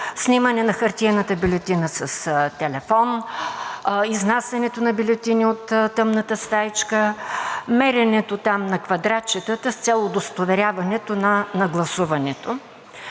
снимане на хартиената бюлетина с телефон, изнасянето на бюлетини от тъмната стаичка, меренето там на квадратчетата с цел удостоверяването на гласуването.